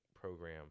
program